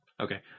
okay